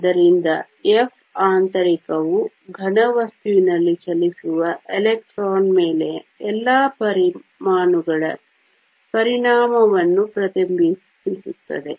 ಆದ್ದರಿಂದ F ಆಂತರಿಕವು ಘನವಸ್ತುವಿನಲ್ಲಿ ಚಲಿಸುವ ಎಲೆಕ್ಟ್ರಾನ್ ಮೇಲೆ ಎಲ್ಲಾ ಪರಮಾಣುಗಳ ಪರಿಣಾಮವನ್ನು ಪ್ರತಿಬಿಂಬಿಸುತ್ತದೆ